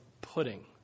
pudding